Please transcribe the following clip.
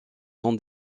son